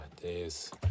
days